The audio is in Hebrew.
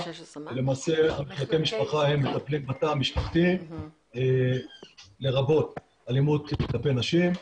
ולמעשה מחלקי המשפחה האלה מטפלים בתא המשפחתי לרבות אלימות כלפי נשים.